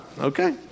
okay